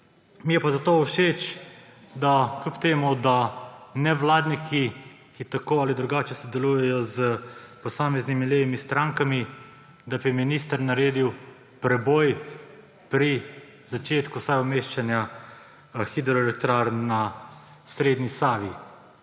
Mi je pa zato všeč, kljub temu da nevladniki, ki tako ali drugače sodelujejo s posameznimi levimi strankami, da bi minister naredil preboj pri začetku vsaj umeščanja hidroelektrarn na srednji Savi,